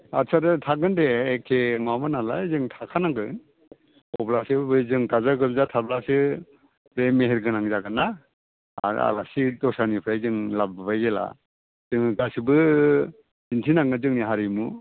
आच्चा दे थागोन दे एख्खे माबा नालाय जों थाथारनांगोन अब्लासो बे जों गाजा गोमजा थाब्लासो बे मेहेरगोनां जागोन ना आरो आलासि दस्रानिफ्राय जों लाबोबाय जेब्ला जोङो गासैबो दिन्थिनांगोन जोंनि हारिमु